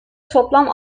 toplam